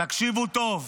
תקשיבו טוב,